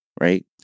right